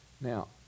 Now